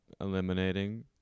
eliminating